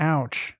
Ouch